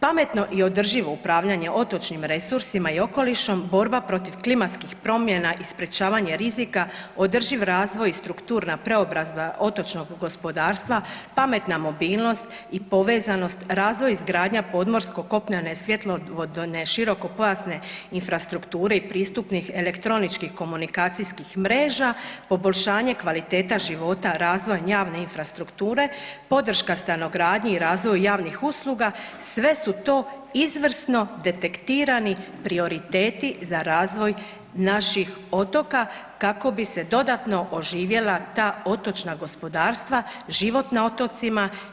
Pametno i održivo upravljanje otočnim resursima i okolišem, borba protiv klimatskih promjena i sprječavanje rizika, održiv razvoj i strukturna preobrazba otočnog gospodarstva, pametna mobilnost i povezanost, razvoj, izgradnja podmorsko-kopnene svjetlovodne širokopojasne infrastrukture i pristupnih elektroničkih komunikacijskih mreža, poboljšanje kvaliteta života razvojem javne infrastrukture, podrška stanogradnje i razvoju javnih usluga sve su to izvrsno detektirani prioriteti za razvoj naših otoka kako bi se dodatno oživjela ta otočna gospodarstva, život na otocima.